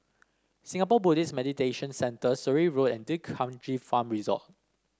Singapore Buddhist Meditation Centre Surrey Road and D'Kranji Farm Resort